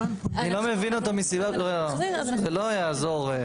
אני לא מבין אותו מסיבה, זה לא יעזור.